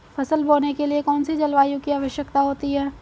फसल बोने के लिए कौन सी जलवायु की आवश्यकता होती है?